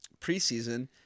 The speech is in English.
preseason